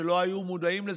שלא היו מודעים לזה,